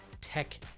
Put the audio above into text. tech